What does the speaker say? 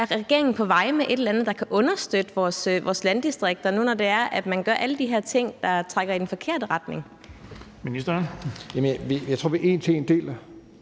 er regeringen på vej med et eller andet, der kan understøtte vores landdistrikter, når nu det er, at man gør alle de her ting, der trækker i den forkerte retning?